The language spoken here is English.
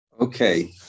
Okay